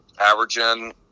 Averaging